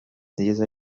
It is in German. dieser